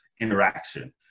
interaction